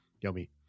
yummy